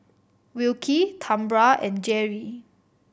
Wilkie Tambra and Jeri